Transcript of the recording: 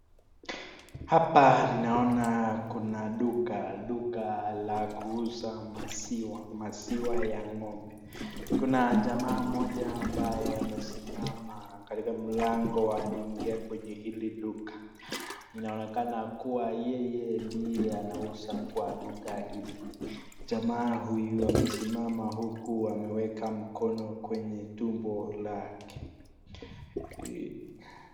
Hapa ninaona kuna duka la kuuza maziwa. maziwa ya ng'ombe. Kuna jamaa mmoja ambaye amesimama katika mlango wa kuingia kwenye hili duka. Inaonekana kuwa yeye ndiye anauza kwa duka hili. Jamaa huyu amesimama huku ameweka mkono kwenye tumbo lake.